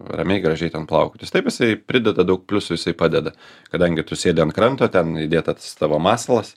ramiai gražiai ten plaukiotis jis taip jisai prideda daug pliusų jisai padeda kadangi tu sėdi ant kranto ten įdėtas tavo masalas